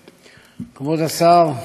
כבוד השר, חברי הכנסת,